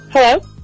Hello